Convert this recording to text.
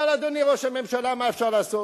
אבל, אדוני ראש הממשלה, מה אפשר לעשות?